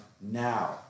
now